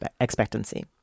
expectancy